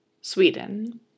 Sweden